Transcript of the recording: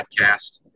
Podcast